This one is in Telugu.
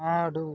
ఆడు